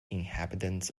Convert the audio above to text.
inhabitants